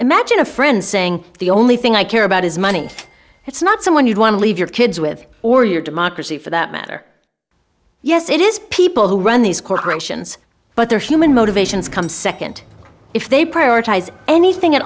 imagine a friend saying the only thing i care about is money it's not someone you'd want to leave your kids with or your democracy for that matter yes it is people who run these corporations but their human motivations come second if they prioritize anything at